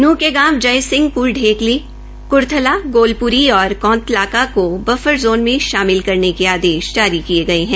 नूंह के गांव जय सिंह प्र ढेकलीक्रथला गोलप्री और कौतलाका को बफर ज़ोन में शामिल करने के आदेश जारी किये गये है